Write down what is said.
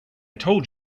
told